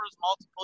multiple